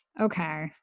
Okay